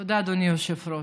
תודה, אדוני היושב-ראש.